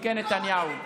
תיקי נתניהו.